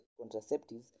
contraceptives